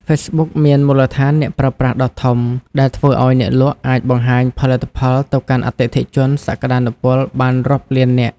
ហ្វេសប៊ុកមានមូលដ្ឋានអ្នកប្រើប្រាស់ដ៏ធំ ដែលធ្វើឱ្យអ្នកលក់អាចបង្ហាញផលិតផលទៅកាន់អតិថិជនសក្តានុពលបានរាប់លាននាក់។